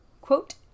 Quote